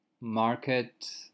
market